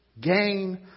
gain